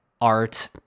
art